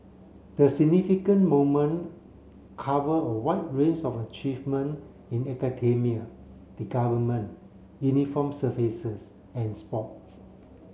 the significant moment cover a wide ranges of achievement in academia the Government uniform services and sports